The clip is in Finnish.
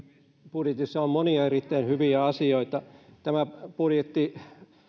budjetissa on monia erittäin hyviä asioita tämä budjetti